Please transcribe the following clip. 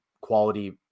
quality